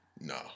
no